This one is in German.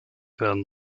werden